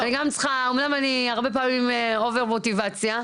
אמנם אני הרבה פעמים אובר מוטיבציה.